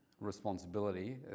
responsibility